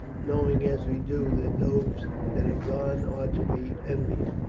knowing as we do that those that have gone are to be envied.